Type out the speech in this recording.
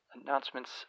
Announcements